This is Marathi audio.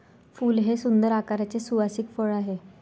फूल हे सुंदर आकाराचे सुवासिक फळ आहे